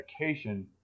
medication